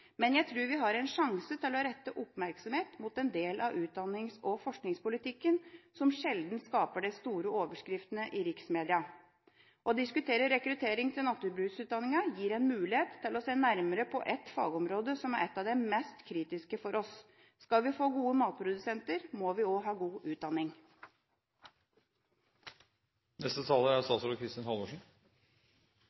men jeg tror vi har en sjanse til å rette oppmerksomheten mot en del av utdannings- og forskningspolitikken som sjelden skaper de store overskriftene i riksmedia. Å diskutere rekruttering til naturbruksutdanningene gir en mulighet til å se nærmere på et fagområde som er et av de mest kritiske for oss. Skal vi få gode matprodusenter, må vi også ha god